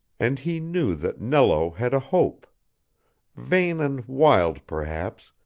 and he knew that nello had a hope vain and wild perhaps,